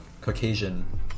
Caucasian